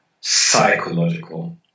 psychological